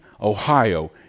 Ohio